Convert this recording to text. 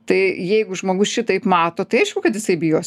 tai jeigu žmogus šitaip mato tai aišku kad jisai bijos